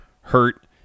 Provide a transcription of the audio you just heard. hurt